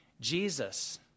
Jesus